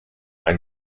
ein